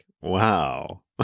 Wow